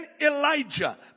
Elijah